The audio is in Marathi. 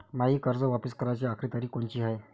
मायी कर्ज वापिस कराची आखरी तारीख कोनची हाय?